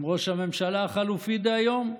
עם ראש הממשלה החלופי דהיום,